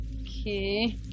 Okay